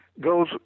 goes